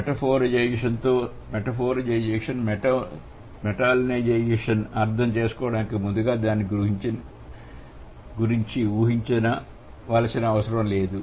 మెటఫోరిజేషన్తో metallization అర్థం చేసుకోవడానికి ముందుగా దాని గురించి ఊహించ వలసిన అవసరం లేదు